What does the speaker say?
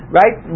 right